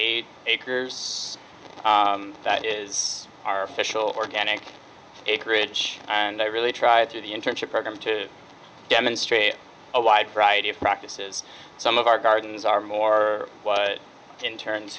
eight acres that is our official organic acreage and i really tried to the internship program to demonstrate a wide variety of practices some of our gardens are more interns